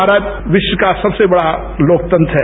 भारत विश्व का सबसे बड़ा लोकतंत्र है